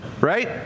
right